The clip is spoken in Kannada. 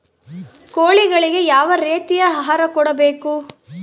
ಕೋಳಿಗಳಿಗೆ ಯಾವ ರೇತಿಯ ಆಹಾರ ಕೊಡಬೇಕು?